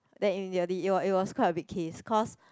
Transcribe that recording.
then immediately it it it was quite a big case cause